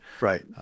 right